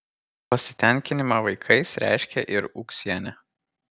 pasitenkinimą vaikais reiškė ir ūksienė